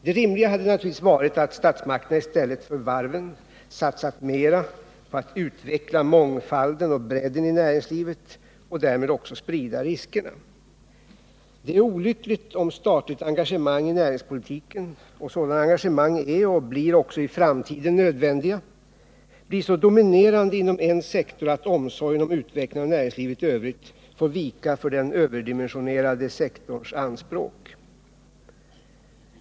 Det rimliga hade naturligtvis varit att statsmakterna i stället för att stödja varven i så stor utsträckning satsat mera på att utveckla mångfalden och bredden i näringslivet och därmed också sprida riskerna. Det är olyckligt om statliga engagemang i näringspolitiken — och sådana engagemang är och blir också i framtiden nödvändiga — blir så dominerande inom en sektor att omsorgen om utveckling av näringslivet i övrigt får vika för den överdimensionerade sektorns anspråk.